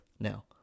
now